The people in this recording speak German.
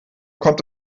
kommt